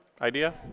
idea